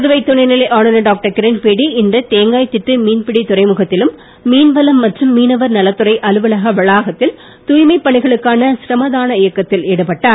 புதுவை துணைநிலை ஆளுநர் டாக்டர் கிரண்பேடி இன்று தேங்காய்த்திட்டு மீன்பிடி துறைமுகத்திலும் மீன்வளம் மற்றும் மீனவர் நலத்துறை அலுவக வளாகத்தில் தூய்மைப் பணிகளுக்கான சிரமதான இயக்கத்தில் ஈடுபட்டார்